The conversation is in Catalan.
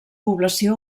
població